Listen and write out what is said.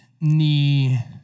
knee